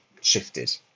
shifted